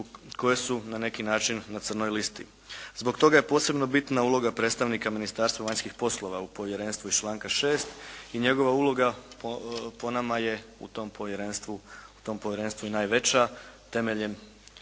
koje su na neki način na crnoj listi. Zbog toga je posebno bitna uloga predstavnika Ministarstva vanjskih poslova u povjerenstvu iz članka 6. i njegova uloga po nama je u tom povjerenstvu i najveća temeljem